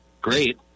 great